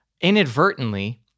inadvertently